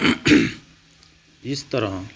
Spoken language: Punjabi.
ਇਸ ਤਰਾਂ